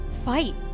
fight